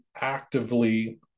actively